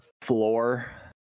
floor